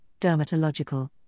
dermatological